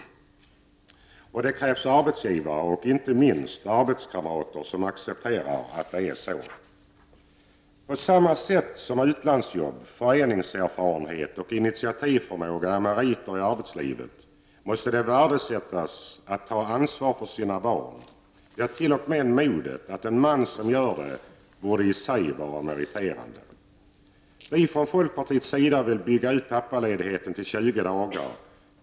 Och det krävs arbetsgivare och, inte minst, arbetskamrater som accepterar att det är så. På samma sätt som utlandsjobb, föreningserfarenhet och initiativförmåga är meriter i arbetslivet måste det värdesättas att ta ansvar för sina barn. Ja, t.o.m. modet hos en man som gör det borde i sig vara meriterande. Vi vill från folkpartiets sida bygga ut pappaledigheten till 20 dagar.